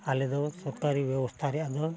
ᱟᱞᱮ ᱫᱚ ᱥᱚᱨᱠᱟᱨᱤ ᱵᱮᱵᱚᱥᱛᱷᱟ ᱨᱮᱭᱟᱜ ᱫᱚ